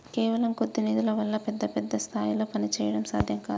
కేవలం కొద్ది నిధుల వల్ల పెద్ద పెద్ద స్థాయిల్లో పనిచేయడం సాధ్యం కాదు